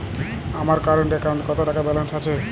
আমার কারেন্ট অ্যাকাউন্টে কত টাকা ব্যালেন্স আছে?